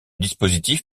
dispositif